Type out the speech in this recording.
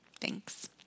Thanks